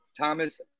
Thomas